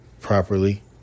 properly